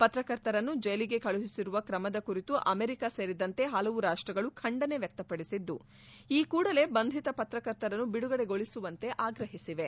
ಪತ್ರಕರ್ತರನ್ನು ಜೈಲಿಗೆ ಕಳುಹಿಸಿರುವ ಕ್ರಮದ ಕುರಿತು ಅಮೆರಿಕ ಸೇರಿದಂತೆ ಹಲವು ರಾಷ್ಟಗಳು ಖಂಡನೆ ವ್ವಕ್ತಪಡಿಸಿದ್ದು ಈ ಕೂಡಲೇ ಬಂಧಿತ ಪತ್ರಕರ್ತರನ್ನು ಬಿಡುಗಡೆಗೊಳಿಸುವಂತೆ ಆಗ್ರಹಿಸಿವೆ